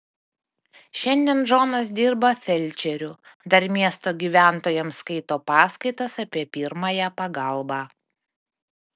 šiandien džonas dirba felčeriu dar miesto gyventojams skaito paskaitas apie pirmąją pagalbą